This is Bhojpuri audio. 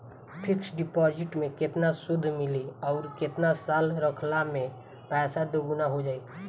फिक्स डिपॉज़िट मे केतना सूद मिली आउर केतना साल रखला मे पैसा दोगुना हो जायी?